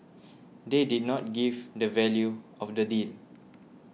they did not give the value of the deal